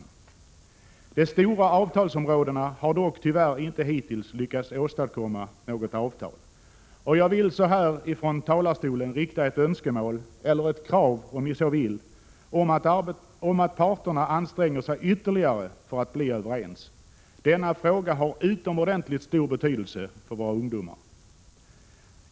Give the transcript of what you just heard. På de stora avtalsområdena har man dock tyvärr inte hittills lyckats åstadkomma något avtal, och jag vill från denna talarstol framföra ett önskemål — ett krav, om ni så vill — att parterna anstränger sig ytterligare för att bli överens. Denna fråga har utomordentligt stor betydelse för våra ungdomar.